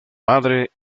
madre